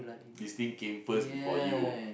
this thing came first before you